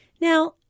Now